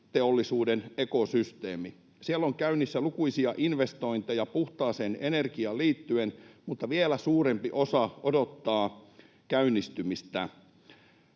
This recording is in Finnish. jalostusteollisuuden ekosysteemi. Siellä on käynnissä lukuisia investointeja puhtaaseen energiaan liittyen, mutta vielä suurempi osa odottaa käynnistymistä.